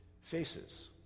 faces